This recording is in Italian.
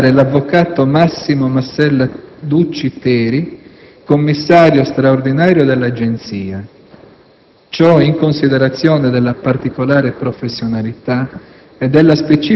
a nominare l'avvocato Massimo Massella Ducci Teri commissario straordinario dell'Agenzia; ciò in considerazione della particolare professionalità